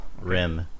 Rim